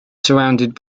surrounded